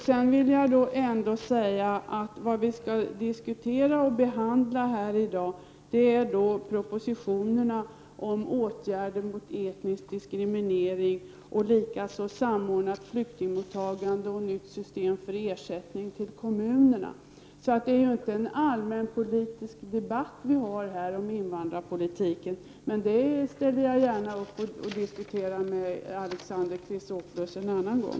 Det som skall diskuteras och behandlas här i dag är propositionerna om åtgärder mot etnisk diskriminering, samordnat flyktingmottagande och ett nytt system för ersättning till kommunerna. Det är ju inte fråga om en debatt om invandrarpolitiken i allmänhet. Den diskuterar jag gärna med Alexander Chrisopoulos en annan gång.